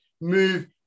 move